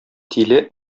тиле